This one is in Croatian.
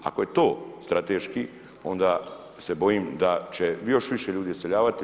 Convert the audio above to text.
Ako je to strateški, onda se bojim da će još više ljudi iseljavati.